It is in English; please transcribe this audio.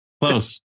close